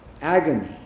Agony